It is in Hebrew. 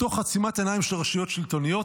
תוך עצימת עיניים של רשויות שלטוניות,